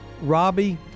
Robbie